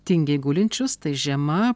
tingiai gulinčius tai žiema